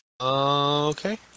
Okay